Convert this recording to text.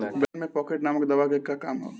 बैंगन में पॉकेट नामक दवा के का काम ह?